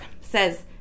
says